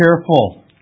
careful